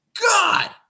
God